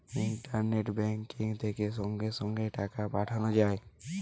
internet banking থেকে সঙ্গে সঙ্গে টাকা পাঠানো যায়